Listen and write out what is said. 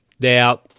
Now